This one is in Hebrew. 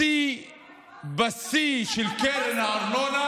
בשיא של קרן הארנונה